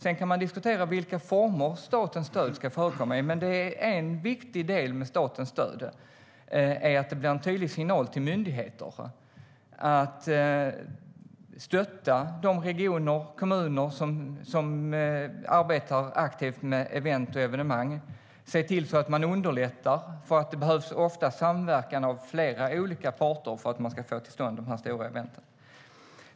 Vi kan diskutera vilka former det ska förekomma i, men det är en tydlig signal till myndigheter att de ska stötta de regioner och kommuner som arbetar aktivt med event och evenemang. Man kan underlätta, för det behövs ofta samverkan mellan flera olika parter för att få till stånd stora event.